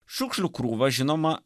šiukšlių krūva žinoma